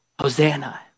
Hosanna